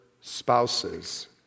spouses